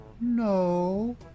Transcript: No